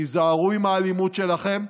תיזהרו עם האלימות שלכם,